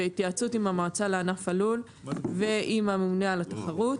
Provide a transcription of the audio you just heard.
בהתייעצות עם המועצה לענף הלול ועם הממונה על התחרות,